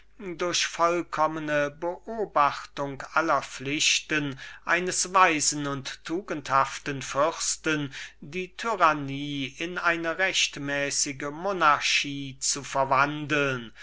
durch die vollkommene beobachtung aller pflichten eines weisen und tugendhaften regenten die tyrannie in eine rechtmäßige monarchie zu verwandeln